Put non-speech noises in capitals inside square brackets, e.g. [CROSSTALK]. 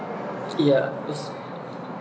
ya [NOISE]